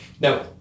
Now